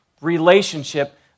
relationship